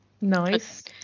Nice